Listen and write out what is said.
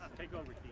take over